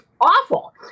awful